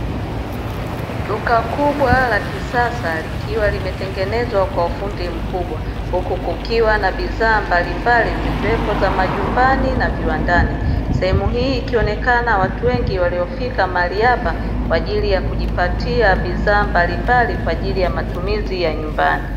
Duka kubwa la kisasa likiwa limetengenezwa kwa ufundi mkubwa huku kukiwa na bidhaa mbalimbali zikiwepo za majumbani na zaviwandani, sehemu hii ikionekana watu wengi waliofika mahali hapa kwaajili ya kujipatia bidhaa mbalimbali Kwaajili ya matumizi ya nyumbani.